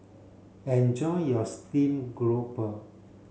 enjoy your steamed grouper